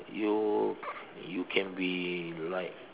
you you can be like